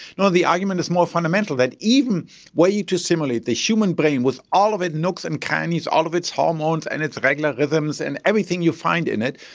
no, the argument is more fundamental, that even were you to simulate the human brain with all of its nooks and crannies, all of its hormones and its regular rhythms and everything you find in it,